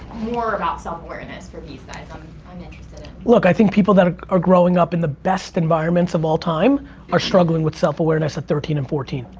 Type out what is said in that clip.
more about self-awareness for these guys um i'm interested in. look i think people that ah are growing up in the best environments of all time are struggling with self-awareness at thirteen and fourteen.